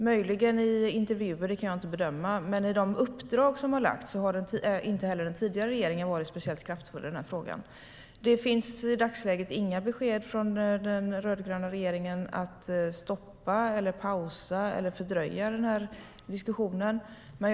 Möjligen var den det i intervjuer; det kan jag inte bedöma. Men i de uppdrag som har getts har inte heller den tidigare regeringen varit speciellt kraftfull i frågan. Det finns i dagsläget inga besked från den rödgröna regeringen om att stoppa, pausa eller fördröja diskussionen.